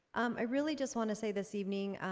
i really just wanna say this evening,